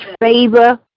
favor